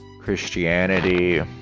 Christianity